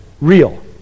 real